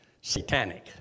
satanic